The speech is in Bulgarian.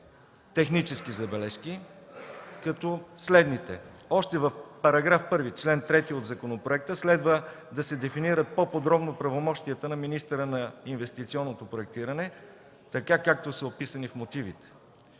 правно-технически забележки, като следните: още в § 1, чл. 3 от законопроекта следва да се дефинират по-подробно правомощията на министъра на инвестиционното проектиране, както са описани в мотивите.